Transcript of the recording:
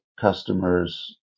customers